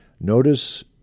Notice